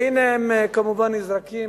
והנה הם כמובן נזרקים.